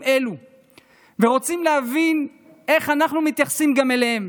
אלה ורוצים להבין איך אנחנו מתייחסים גם אליהם.